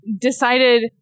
decided